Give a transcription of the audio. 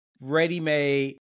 ready-made